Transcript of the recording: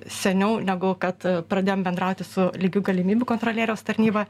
seniau negu kad pradėjom bendrauti su lygių galimybių kontrolieriaus tarnyba